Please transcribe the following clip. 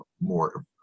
more